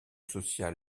social